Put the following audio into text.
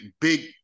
big